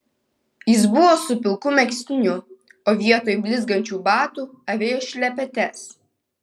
jis buvo su pilku megztiniu o vietoj blizgančių batų avėjo šlepetes